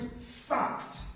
fact